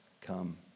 come